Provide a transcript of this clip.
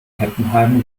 heppenheim